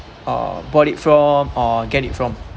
uh bought it from or get it from